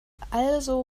also